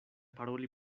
paroli